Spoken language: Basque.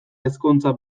ezkontza